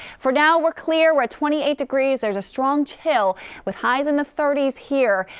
for now, we're clear. we're at twenty eight degrees. there's a strong chill with highs in the thirty s here.